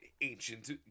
ancient